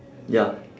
ya